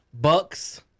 Bucks